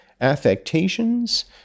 affectations